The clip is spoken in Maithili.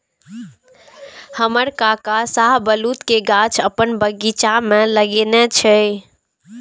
हमर काका शाहबलूत के गाछ अपन बगीचा मे लगेने छै